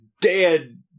dead